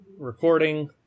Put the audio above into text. recording